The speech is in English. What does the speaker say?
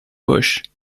bush